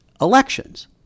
elections